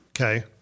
Okay